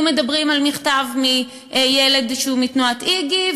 מדברים על מכתב מילד שהוא מתנועת "איגי",